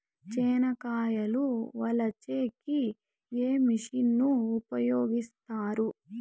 చెనక్కాయలు వలచే కి ఏ మిషన్ ను ఉపయోగిస్తారు?